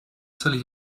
till